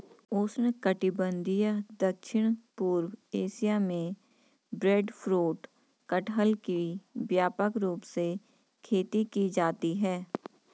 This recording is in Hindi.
उष्णकटिबंधीय दक्षिण पूर्व एशिया में ब्रेडफ्रूट कटहल की व्यापक रूप से खेती की जाती है